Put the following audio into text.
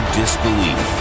disbelief